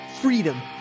freedom